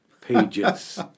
pages